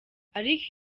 ariko